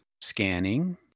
scanning